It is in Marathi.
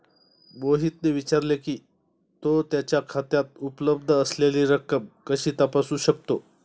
मोहितने विचारले की, तो त्याच्या खात्यात उपलब्ध असलेली रक्कम कशी तपासू शकतो?